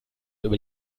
über